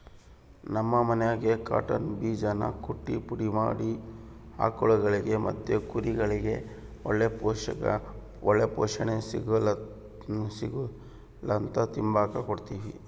ನಮ್ ಮನ್ಯಾಗ ಕಾಟನ್ ಬೀಜಾನ ಕುಟ್ಟಿ ಪುಡಿ ಮಾಡಿ ಆಕುಳ್ಗುಳಿಗೆ ಮತ್ತೆ ಕುರಿಗುಳ್ಗೆ ಒಳ್ಳೆ ಪೋಷಣೆ ಸಿಗುಲಂತ ತಿಂಬಾಕ್ ಕೊಡ್ತೀವಿ